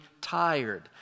tired